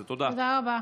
לדייק.